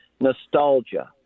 nostalgia